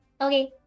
Okay